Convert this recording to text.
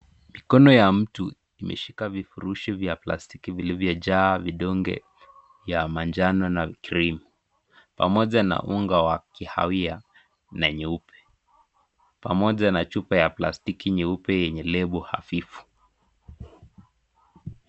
Mikono ya mtu imeshika vifurusho vya plastiki vilivyo jaa vidonge vya manjano na green pamoja na unga wa kahawia na nyeupe, pamoja na chupa ya plastiki nyeupe yenye labo hafifu.